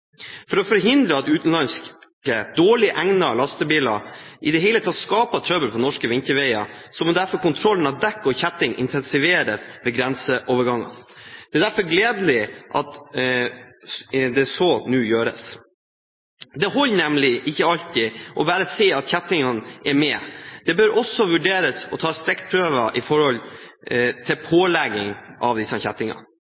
For å forhindre at utenlandske, dårlig egnede lastebiler i det hele tatt skaper trøbbel på norske vinterveier, må derfor kontrollen av dekk og kjetting intensiveres ved grenseovergangene. Det er derfor gledelig at dette nå gjøres. Det holder nemlig ikke alltid bare å se at kjettingene er med. Det bør også vurderes å ta